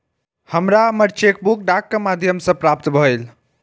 हमरा हमर cheque book डाक के माध्यम से प्राप्त भईल